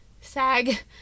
sag